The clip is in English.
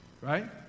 right